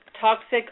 toxic